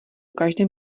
každém